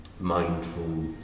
mindful